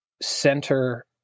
center